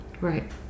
right